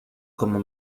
como